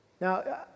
Now